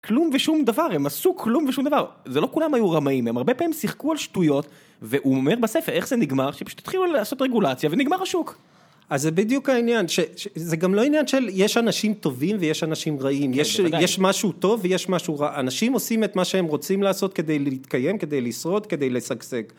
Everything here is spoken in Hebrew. כלום ושום דבר, הם עשו כלום ושום דבר, זה לא כולם היו רמאים, הם הרבה פעמים שיחקו על שטויות והוא אומר בספר איך זה נגמר, שפשוט התחילו לעשות רגולציה ונגמר השוק אז זה בדיוק העניין, שזה גם לא עניין שיש אנשים טובים ויש אנשים רעים, יש משהו טוב ויש משהו רע, אנשים עושים את מה שהם רוצים לעשות כדי להתקיים, כדי לשרוד, כדי לשגשג